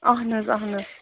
اَہن حظ اَہن حظ